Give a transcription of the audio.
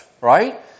right